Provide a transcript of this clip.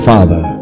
Father